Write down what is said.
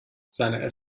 seine